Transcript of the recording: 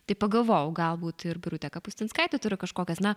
tai pagalvojau galbūt ir birutė kapustinskaitė turi kažkokias na